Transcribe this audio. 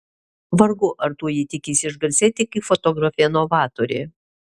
vargu ar tuo ji tikisi išgarsėti kaip fotografė novatorė